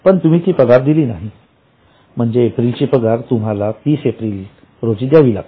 पण तुम्ही ती पगार दिली नाही म्हणजे एप्रिलची पगार तुम्हाला 30 एप्रिल रोजी द्यावी लागते